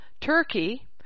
Turkey